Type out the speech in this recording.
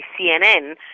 CNN